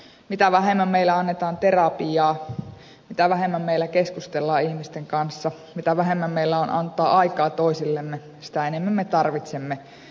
mitä vähemmän meille annetaan terapiaa mitä vähemmän meillä keskustellaan ihmisten kanssa mitä vähemmän meillä on antaa aikaa toisillemme sitä enemmän me tarvitsemme psyykenlääkkeitä